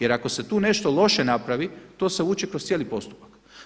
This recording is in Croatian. Jer ako se tu nešto loše napravi to se vuče kroz cijeli postupak.